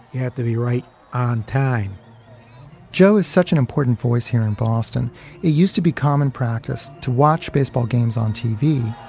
yeah to be right on time joe is such an important voice here in boston. it used to be common practice to watch baseball games on tv,